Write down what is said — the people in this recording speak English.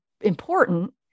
important